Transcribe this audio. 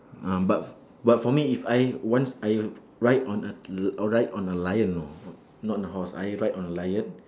um but but for me if I once I ride on a l~ uh ride on a lion you know not on a horse I ride on a lion